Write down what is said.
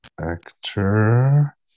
actor